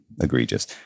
egregious